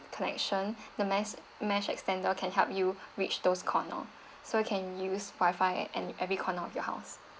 connection the mes~ mesh extender can help you reach those corner so can use wifi at any every corner of your house